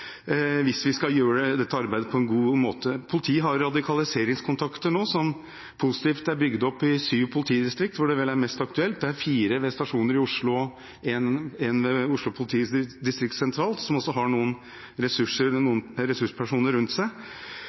hvis en skal gjøre dette arbeidet på en god måte. Politiet har nå radikaliseringskontakter, som positivt er bygd opp i sju politidistrikter hvor det er mest aktuelt: Det er fire ved stasjoner i Oslo og én ved Oslo politidistrikt sentralt, som også har noen ressurspersoner rundt seg.